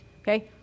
Okay